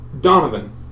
Donovan